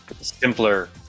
simpler